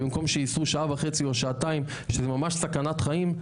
במקום שיסעו שעה וחצי ושעתיים שזה ממש סכנת חיים,